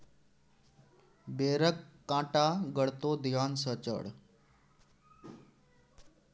बेरक कांटा गड़तो ध्यान सँ चढ़